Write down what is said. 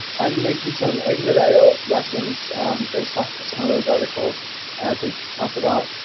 i'm making some egghead io lessons based off but some of those articles to talk about